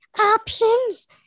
options